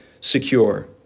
secure